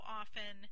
often